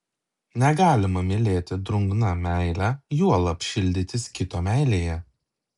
negalima mylėti drungna meile juolab šildytis kito meilėje